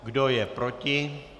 Kdo je proti?